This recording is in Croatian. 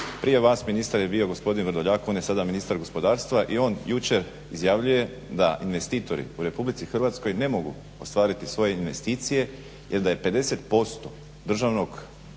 prije vas ministar je bio gospodin Vrdoljak, on je sada ministar gospodarstva i on jučer izjavljuje da investitori u Republici Hrvatskoj ne mogu ostvariti svoje investicije jer da je 50% državnog